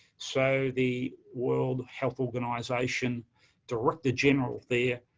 so the world health organization director-general there,